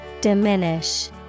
Diminish